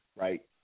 right